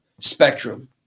spectrum